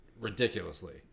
ridiculously